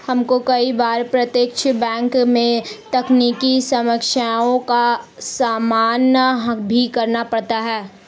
हमको कई बार प्रत्यक्ष बैंक में तकनीकी समस्याओं का सामना भी करना पड़ता है